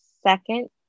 second